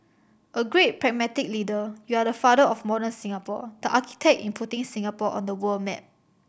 a great pragmatic leader you are the father of modern Singapore the architect in putting Singapore on the world map